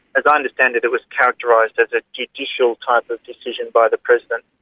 as i understand it it was characterised as a judicial type of decision by the president,